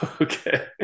okay